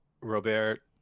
Robert